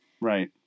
Right